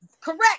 Correct